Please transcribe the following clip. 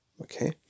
Okay